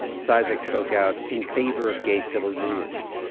cizik spoke out in favor of gay civil unions.